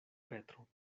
petro